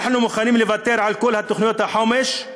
אנחנו מוכנים לוותר על כל תוכניות החומש,